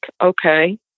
okay